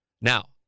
Now